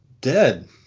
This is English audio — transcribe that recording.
dead